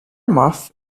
muff